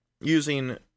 using